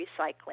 recycling